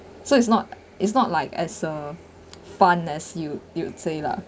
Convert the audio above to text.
so it's not it's not like as uh fun as you you'd say lah